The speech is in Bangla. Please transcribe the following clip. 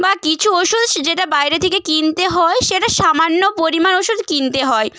বা কিছু ওষুধ যেটা বাইরে থেকে কিনতে হয় সেটা সামান্য পরিমাণ ওষুধ কিনতে হয়